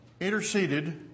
interceded